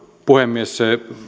puhemies